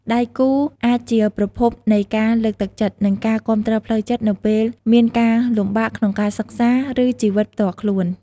ដៃគូអាចជាប្រភពនៃការលើកទឹកចិត្ត និងការគាំទ្រផ្លូវចិត្តនៅពេលមានការលំបាកក្នុងការសិក្សា ឬជីវិតផ្ទាល់ខ្លួន។